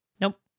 Nope